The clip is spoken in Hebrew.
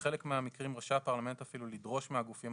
בחלק מהמקרים רשאי הפרלמנט אפילו לדרוש מהגופים